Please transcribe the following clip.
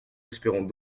espérons